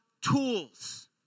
tools